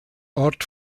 ort